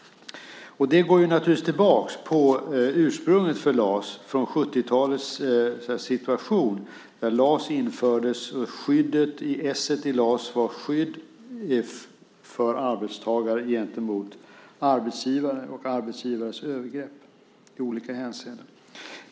Det går naturligtvis tillbaka på ursprunget för LAS, 70-talets situation när LAS infördes. S:et i LAS var skydd för arbetstagare gentemot arbetsgivare och arbetsgivares övergrepp i olika hänseenden.